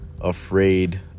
afraid